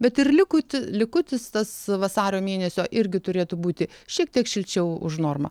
bet ir likuti likutis tas vasario mėnesio irgi turėtų būti šiek tiek šilčiau už normą